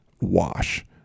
Wash